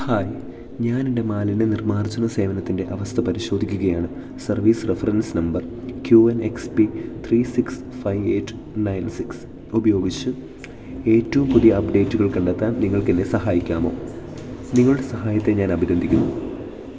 hi ഞാനെൻ്റെ മാലിന്യ നിർമ്മാർജ്ജന സേവനത്തിൻ്റെ അവസ്ഥ പരിശോധിക്കുകയാണ് service reference number Q N X P three six five eight nine six ഉപയോഗിച്ച് ഏറ്റവും പുതിയ അപ്ഡേറ്റുകൾ കണ്ടെത്താൻ നിങ്ങൾക്കെന്നെ സഹായിക്കാമോ നിങ്ങളുടെ സഹായത്തെ ഞാനഭിനന്ദിക്കുന്നു